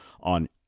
on